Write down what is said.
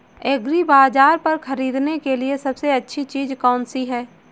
एग्रीबाज़ार पर खरीदने के लिए सबसे अच्छी चीज़ कौनसी है?